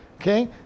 Okay